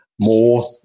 more